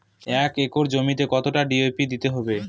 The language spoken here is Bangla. এক একর জমিতে কতটা ডি.এ.পি দিতে হবে?